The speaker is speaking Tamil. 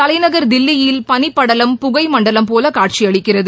தலைநகர் தில்லியில் பனிப்படலம் புகை மண்டலம் போல காட்சியளிக்கிறது